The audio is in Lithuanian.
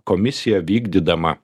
komisija vykdydama